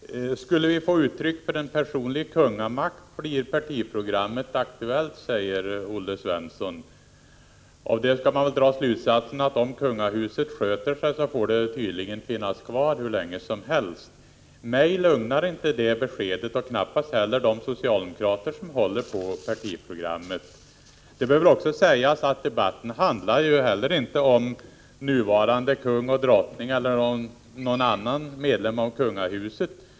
Fru talman! Om det skulle uppkomma uttryck för en personlig kungamakt blir partiprogrammet aktuellt, säger Olle Svensson. Av det skall man väl dra den slutsatsen, att om kungahuset sköter sig får det finnas kvar hur länge som helst. Detta besked lugnar inte mig, och knappast heller de socialdemokrater som håller på partiprogrammet. Det behöver också sägas att debatten inte handlar om nuvarande kung och drottning eller någon annan medlem av kungahuset.